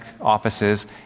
offices